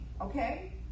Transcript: okay